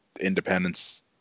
independence